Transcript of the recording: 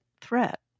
threat